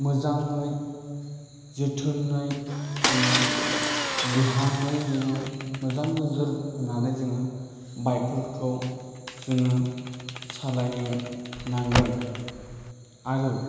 मोजाङै जोथोनै जोङो ध्यानै जोङो मोजां नोजोर होनानै जोङो बाइकफोरखौ जोङो सालायनो नांगोन आरो